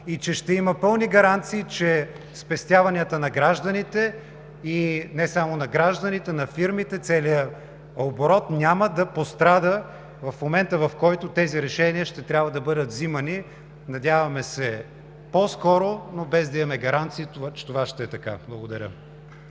и че ще има пълни гаранции, че спестяванията на гражданите и не само на гражданите, на фирмите – целият оборот няма да пострада, в момента, в който тези решения ще трябва да бъдат взимани, надяваме се по-скоро, но без да имаме гаранции, че това ще е така. Благодаря.